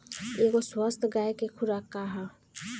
एगो स्वस्थ गाय क खुराक का ह?